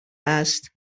است